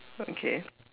okay